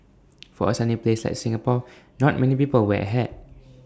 for A sunny place like Singapore not many people wear A hat